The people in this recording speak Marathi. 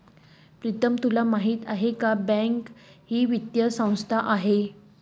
प्रीतम तुले माहीत शे का बँक भी वित्तीय संस्थामा येस